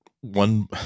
one